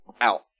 out